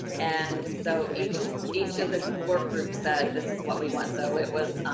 and so each each of the work groups said this is what we want. so it was